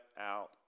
out